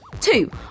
two